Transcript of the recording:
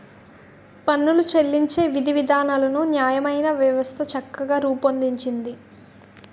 పన్నులు చెల్లించే విధివిధానాలను న్యాయవ్యవస్థ చక్కగా రూపొందించింది